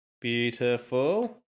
Beautiful